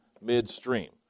midstream